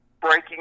breaking